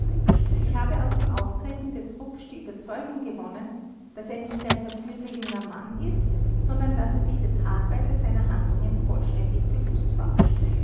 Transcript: ich habe aus dem auftreten des rupsch die überzeugung gewonnen daß er nicht ein verführter junger mann ist sondern daß er sich der tragweite seiner handlungen vollständig bewußt war